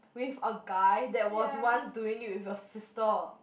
with a guy that was once doing it with your sister